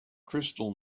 crystal